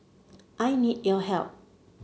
I need your help